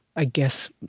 i guess,